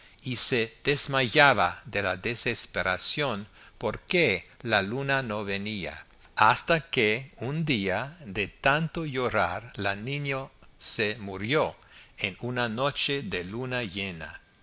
y se desmayaba de la desesperación porque la luna no venía hasta que un día de tanto llorar la niña se murió en una noche de luna llena